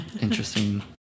Interesting